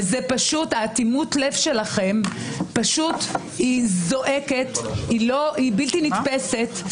אטימות הלב שלכם זועקת, היא בלתי נתפסת.